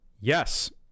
Yes